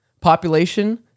population